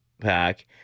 pack